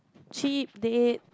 cheat day